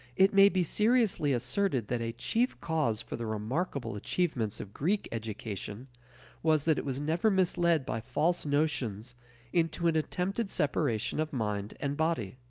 it may be seriously asserted that a chief cause for the remarkable achievements of greek education was that it was never misled by false notions into an attempted separation of mind and body.